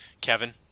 Kevin